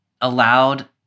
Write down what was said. allowed